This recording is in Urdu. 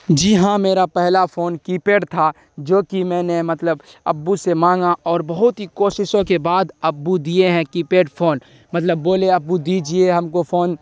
جی ہاں میرا پہلا فون کی پیڈ تھا جو کہ میں نے مطلب ابو سے مانگا اور بہت ہی کوششوں کے بعد ابو دیے ہیں کی پیڈ فون مطلب بولے ابو دیجیے ہم کو فون